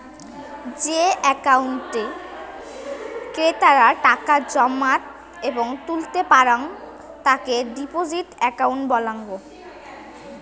যেই একাউন্টে ক্রেতারা টাকা জমাত এবং তুলতে পারাং তাকে ডিপোজিট একাউন্ট বলাঙ্গ